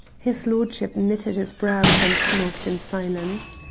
his lordship knitted his brows and smoked in silence.